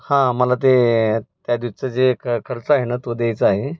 हां मला ते त्या दिवशीचा जे खर्च आहे ना तो द्यायचा आहे